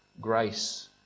grace